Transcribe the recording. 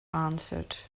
answered